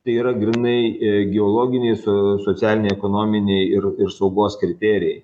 tai yra grynai geologiniai su socialiniai ekonominiai ir ir saugos kriterijai